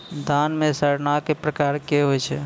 धान म सड़ना कै प्रकार के होय छै?